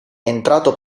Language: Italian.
entrato